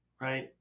right